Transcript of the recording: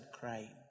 crying